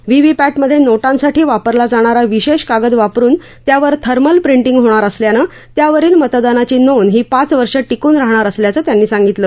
व्हीव्हीपॅटमध्ये नोटांसाठी वापरला जाणार विशेष कागद वापरुन त्यावर थर्मल प्रिटिंग होणार असल्यानं त्यावरील मतदानाची नोंद ही पाच वर्षे टिकून राहणार असल्याचं त्यांनी संगितले